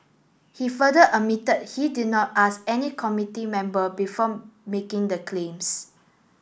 he further admitted he did not ask any committee member before making the claims